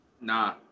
Nah